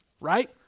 right